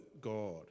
God